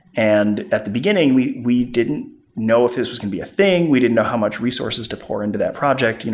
and at the beginning, we we didn't know if this was going to be a thing. we didn't know how much resources to pour into that project. you know